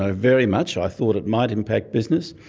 ah very much i thought it might impact business.